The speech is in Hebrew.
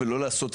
בשורות טובות,